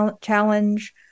challenge